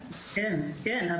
כן,